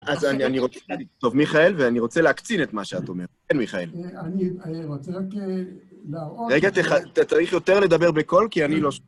אז אני רוצה... טוב, מיכאל, ואני רוצה להקצין את מה שאת אומרת. כן, מיכאל. אני רוצה רק להראות... רגע, אתה צריך יותר לדבר בקול, כי אני לא...